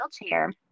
wheelchair